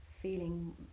feeling